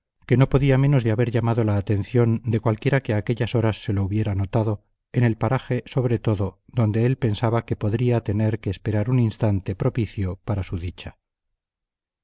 que no podía menos de haber llamado la atención de cualquiera que a aquellas horas se lo hubiera notado en el paraje sobre todo donde él pensaba que podría tener que esperar un instante propicio para su dicha